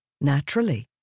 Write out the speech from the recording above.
Naturally